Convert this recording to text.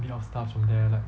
bit of stuff from there like